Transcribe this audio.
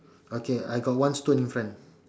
okay I got one stone in front